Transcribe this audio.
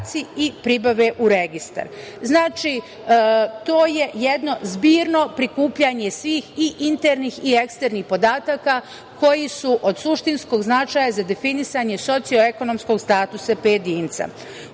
i pribave u registar. Znači, to je jedno zbirno prikupljanje svih i internih i eksternih podataka koji su od suštinskog značaja za definisanje socioekonomskog statusa pojedinca.